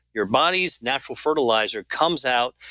your body's natural fertilizer comes out.